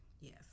yes